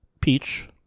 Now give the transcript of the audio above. Peach